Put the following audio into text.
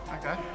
Okay